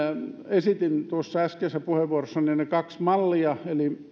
esitin tuossa äskeisessä puheenvuorossani ne ne kaksi mallia eli